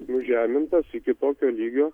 nužemintas iki tokio lygio